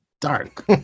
dark